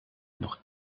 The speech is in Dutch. nog